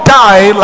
die